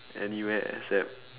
anywhere except